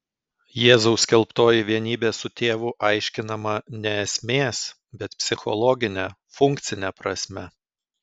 jėzaus skelbtoji vienybė su tėvu aiškinama ne esmės bet psichologine funkcine prasme